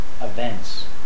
events